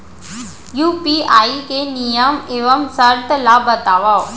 UPI के नियम एवं शर्त ला बतावव